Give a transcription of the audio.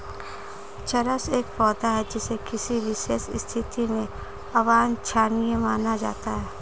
चरस एक पौधा है जिसे किसी विशेष स्थिति में अवांछनीय माना जाता है